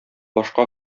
башка